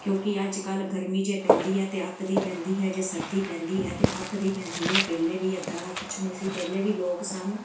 ਕਿਉਂਕਿ ਅੱਜ ਕੱਲ੍ਹ ਗਰਮੀ ਜੇ ਪੈਂਦੀ ਹੈ ਤਾਂ ਅੱਤ ਦੀ ਪੈਂਦੀ ਹੈ ਜੇ ਸਰਦੀ ਪੈਂਦੀ ਹੈ ਤਾਂ ਅੱਤ ਦੀ ਪੈਂਦੀ ਹੈ ਪਹਿਲੇ ਵੀ ਇੱਦਾਂ ਦਾ ਕੁਛ ਨਹੀਂ ਸੀ ਪਹਿਲੇ ਵੀ ਲੋਕ ਸਨ